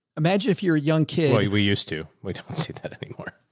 imagine if you're young kid we used to, we don't see that anymore.